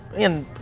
in,